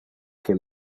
que